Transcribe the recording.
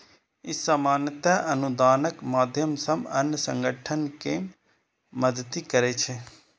ई सामान्यतः अनुदानक माध्यम सं अन्य संगठन कें मदति करै छै